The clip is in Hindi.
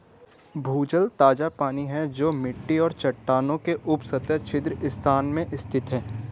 भूजल ताजा पानी है जो मिट्टी और चट्टानों के उपसतह छिद्र स्थान में स्थित है